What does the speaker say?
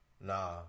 nah